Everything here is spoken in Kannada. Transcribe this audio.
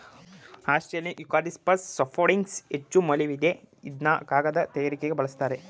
ಆಸ್ಟ್ರೇಲಿಯನ್ ಯೂಕಲಿಪ್ಟಸ್ ಸಾಫ್ಟ್ವುಡ್ಗೆ ಹೆಚ್ಚುಮೌಲ್ಯವಿದೆ ಇದ್ನ ಕಾಗದ ತಯಾರಿಕೆಗೆ ಬಲುಸ್ತರೆ